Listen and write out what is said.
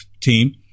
team